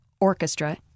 orchestra